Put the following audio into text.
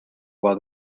while